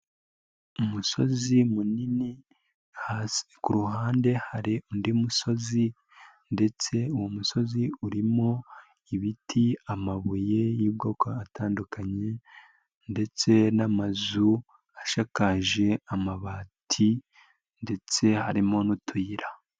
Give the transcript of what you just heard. Umusozi munini hasi kuruhande hari undi musozi, ndetse uwo musozi urimo ibiti, amabuye yubwoko atandukanye ndetse n'amazu ashakaje amabati ndetse harimo n'utuyira.